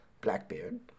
Blackbeard